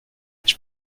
its